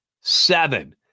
seven